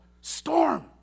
storm